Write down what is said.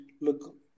look